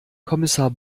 kommissar